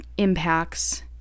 impacts